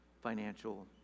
financial